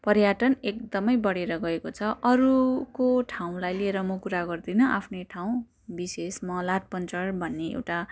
पर्यटन एकदम बढेर गएको छ अरूको ठाउँलाई लिएर म कुरा गर्दिनँ आफ्नै ठाउँ विशेष म लाठपन्चर भन्ने एउटा